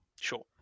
Sure